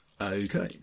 Okay